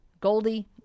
Goldie